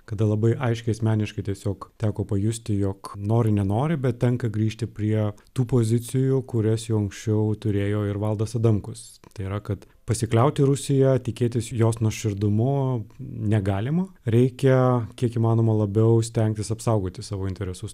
kada labai aiškiai asmeniškai tiesiog teko pajusti jog nori nenori bet tenka grįžti prie tų pozicijų kurias jau anksčiau turėjo ir valdas adamkus tai yra kad pasikliauti rusija tikėtis jos nuoširdumu negalima reikia kiek įmanoma labiau stengtis apsaugoti savo interesus